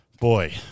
Boy